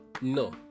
No